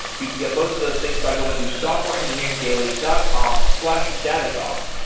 you can get both of those things by going to softwareengineeringdaily dot com slash datadog.